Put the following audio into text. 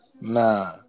Nah